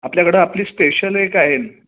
आपल्याकडं आपली स्पेशल एक आहे